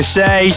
say